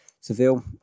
Seville